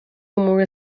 امور